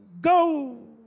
go